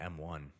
M1